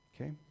okay